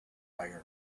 iron